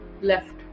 left